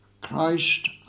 Christ